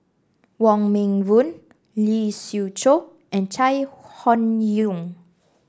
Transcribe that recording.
Wong Meng Voon Lee Siew Choh and Chai Hon Yoong